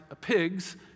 pigs